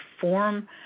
form